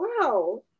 Wow